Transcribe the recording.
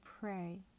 pray